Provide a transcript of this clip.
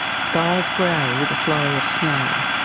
skies grey with a flurry of snow.